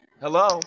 Hello